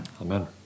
Amen